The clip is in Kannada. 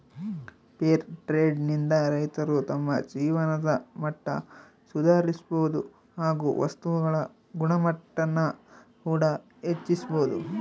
ಫೇರ್ ಟ್ರೆಡ್ ನಿಂದ ರೈತರು ತಮ್ಮ ಜೀವನದ ಮಟ್ಟ ಸುಧಾರಿಸಬೋದು ಹಾಗು ವಸ್ತುಗಳ ಗುಣಮಟ್ಟಾನ ಕೂಡ ಹೆಚ್ಚಿಸ್ಬೋದು